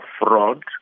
fraud